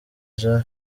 jean